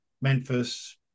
Memphis